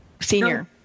Senior